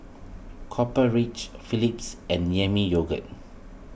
Copper Ridge Philips and Yami Yogurt